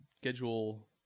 schedule